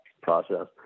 process